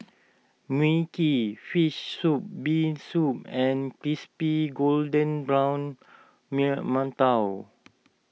Mui Kee Fish Soup Bee Soup and Crispy Golden Brown Mantou